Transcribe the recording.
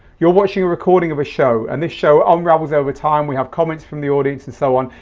you're watching a recording of a show and this show unravels over time. we have comments from the audience and so on.